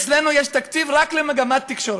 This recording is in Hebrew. אצלנו יש תקציב רק למגמת תקשורת.